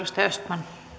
rouva